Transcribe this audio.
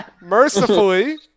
mercifully